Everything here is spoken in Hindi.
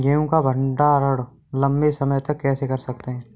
गेहूँ का भण्डारण लंबे समय तक कैसे कर सकते हैं?